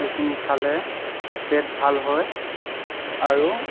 সেইখিনি খালে পেট ভাল হয় আৰু